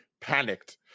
panicked